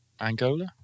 Angola